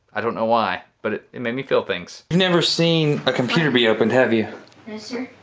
i don't know why but it made me feel things. you've never seen a computer be opened, have you? no sir.